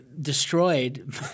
destroyed